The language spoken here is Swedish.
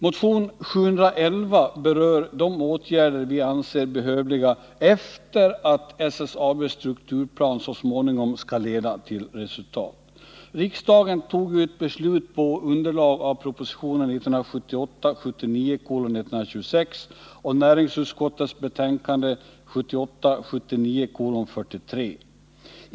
Motion 711 berör de åtgärder som vi anser behövliga efter det att SSAB:s strukturplan så småningom har lett till resultat. Riksdagen fattade ju ett beslut på underlag av proposition 1978 79:43.